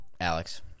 Alex